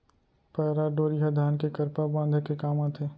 पैरा डोरी ह धान के करपा बांधे के काम आथे